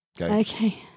Okay